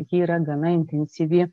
ji yra gana intensyvi